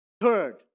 Third